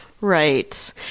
Right